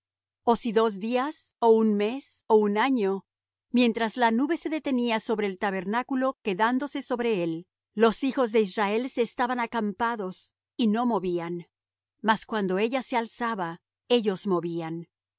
o si dos días ó un mes ó un año mientras la nube se detenía sobre el tabernáculo quedándose sobre él los hijos de israel se estaban acampados y no movían mas cuando ella se alzaba ellos movían